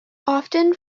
often